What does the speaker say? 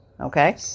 Okay